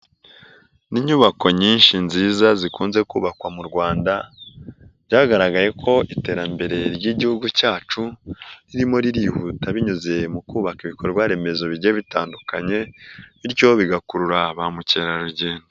Inyubako nyinshi nziza zikunze kubakwa mu rwanda; byagaragaye ko iterambere ry'igihugu cyacu ririmo ririhuta binyuze mu kubaka ibikorwa remezo bigiye bitandukanye; bityo bigakurura ba mukerarugendo.